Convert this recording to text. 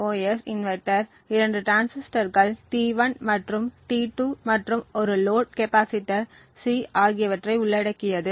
CMOS inverter இரண்டு டிரான்சிஸ்டர்கள் T1 மற்றும் T2 மற்றும் ஒரு லோட் கெப்பாசிட்டர் C ஆகியவற்றை உள்ளடக்கியது